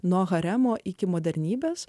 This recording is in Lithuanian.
nuo haremo iki modernybės